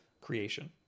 creation